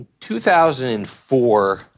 2004